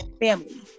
family